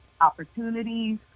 opportunities